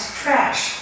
trash